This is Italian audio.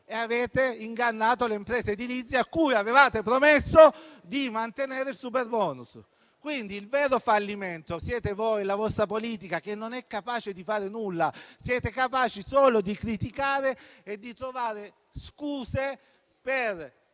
e avete ingannato le imprese edilizie, a cui avevate promesso di mantenere il superbonus. Pertanto il vero fallimento è vostro, della vostra politica che non è capace di fare nulla. Siete capaci solo di criticare e di trovare scuse per